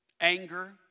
Anger